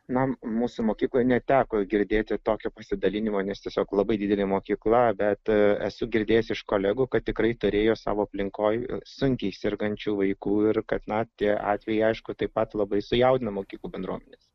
na mūsų mokykloj neteko girdėti tokio pasidalinimo nes tiesiog labai didelė mokykla bet esu girdėjęs iš kolegų kad tikrai turėjo savo aplinkoj sunkiai sergančių vaikų ir kad na tie atvejai aišku taip pat labai sujaudino mokyklų bendruomenes